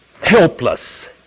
helpless